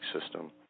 system